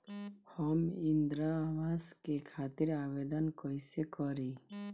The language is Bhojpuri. हम इंद्रा अवास के खातिर आवेदन कइसे करी?